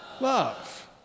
Love